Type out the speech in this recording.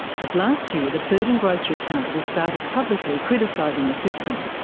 but last year the food and grocery council started publicly criticising the system.